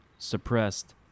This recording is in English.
Suppressed